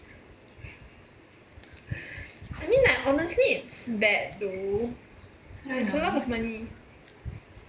I mean like honestly it's bad though ya it's a lot of money